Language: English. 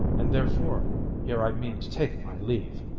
and therefore here i mean to take my leave.